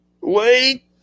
Wait